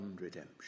redemption